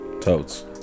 Toads